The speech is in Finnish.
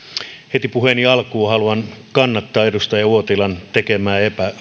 heti puheeni alkuun haluan kannattaa edustaja uotilan tekemää